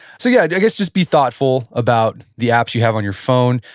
so yeah, i yeah guess just be thoughtful about the apps you have on your phone.